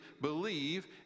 believe